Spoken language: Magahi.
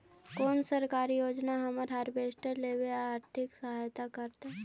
कोन सरकारी योजना हमरा हार्वेस्टर लेवे आर्थिक सहायता करतै?